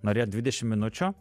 norėt dvidešim minučių